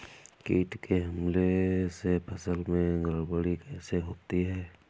कीट के हमले से फसल में गड़बड़ी कैसे होती है?